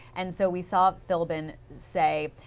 and so we saw philbin say,